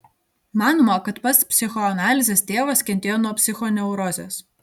manoma kad pats psichoanalizės tėvas kentėjo nuo psichoneurozės